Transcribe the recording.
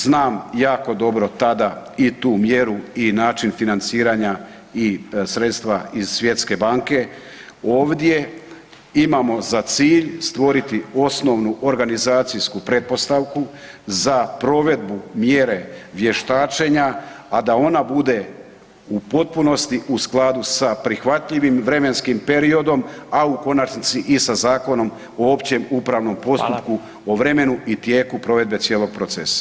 Znam jako dobro tada i tu mjeru i način financiranja i sredstva iz Svjetske banke, ovdje imamo za cilj stvoriti osnovnu organizacijsku pretpostavku za provedbu mjere vještačenja a da ona bude u potpunosti u skladu sa prihvatljivim vremenskim periodom a u konačnici i sa Zakonom o općem upravnom postupku o vremenu i tijeku provedbu cijelog procesa.